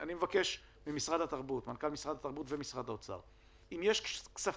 אני מבקש ממנכ"ל משרד התרבות וממשרד האוצר אם יש כספים